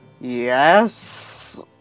Yes